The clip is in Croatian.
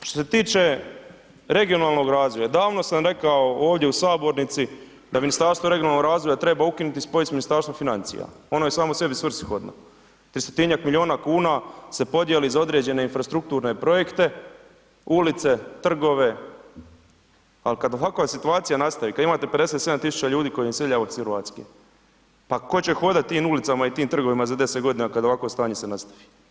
Što se tiče regionalnog razvoja, davno sam rekao ovdje u sabornici da Ministarstvo regionalnoga razvoja treba ukinuti i spojiti s ministarstvom financija, ono je samo sebi svrsishodno, 300-tinjak miliona kuna se podijeli za određene infrastrukturne projekte, ulice, trgove, ali kad ovakva situacija nastane kad imate 57.000 ljudi koji iseljava iz Hrvatske, pa tko će hodati tim ulicama i tim trgovima kad ovakvo stanje se nastavi.